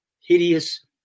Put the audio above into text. hideous